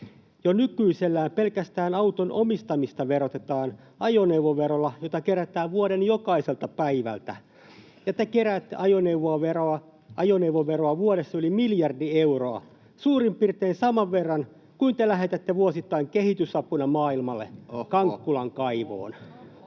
Jo nykyisellään pelkästään auton omistamista verotetaan ajoneuvoverolla, jota kerätään vuoden jokaiselta päivältä, ja te keräätte ajoneuvoveroa vuodessa yli miljardi euroa — suurin piirtein saman verran kuin te lähetätte vuosittain kehitysapuna maailmalle, Kankkulan kaivoon.